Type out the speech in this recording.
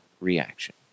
reaction